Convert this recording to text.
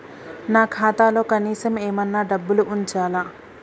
నా ఖాతాలో కనీసం ఏమన్నా డబ్బులు ఉంచాలా?